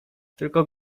tylko